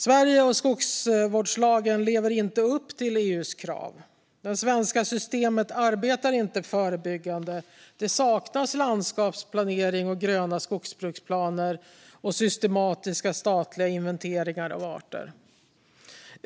Sverige och skogsvårdslagen lever inte upp till EU:s krav. Det svenska systemet arbetar inte förebyggande. Det saknas landskapsplanering, gröna skogsbruksplaner och systematiska statliga inventeringar av arter.